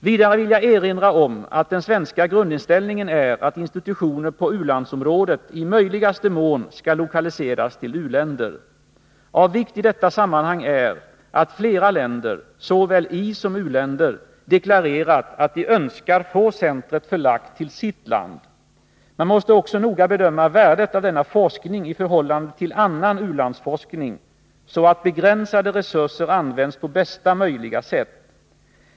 Vidare vill jag erinra om att den svenska grundinställningen är att institutioner på u-landsområdet i möjligaste mån skall lokaliseras till u-länder. Av vikt i detta sammanhang är att flera länder, såväl isom u-länder, deklarerat att de önskar få centret förlagt till sitt land. Man måste också noga bedöma värdet av denna forskning i förhållande till annan u-landsforskning så att begränsade resurser används på bästa möjliga sätt.